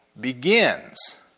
begins